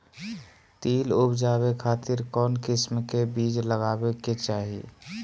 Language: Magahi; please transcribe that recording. तिल उबजाबे खातिर कौन किस्म के बीज लगावे के चाही?